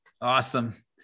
Awesome